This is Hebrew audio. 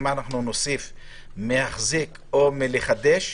אם אנחנו נוסיף "מהחזק" או "מחדש",